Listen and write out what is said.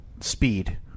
speed